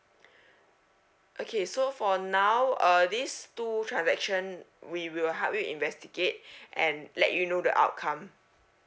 okay so for now uh these two transaction we will help you investigate and let you know the outcome